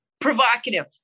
provocative